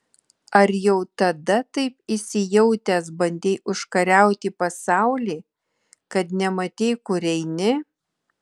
ar jau tada taip įsijautęs bandei užkariauti pasaulį kad nematei kur eini